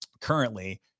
currently